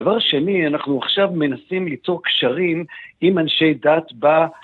דבר שני, אנחנו עכשיו מנסים ליצור קשרים עם אנשי דת ב...